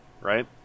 right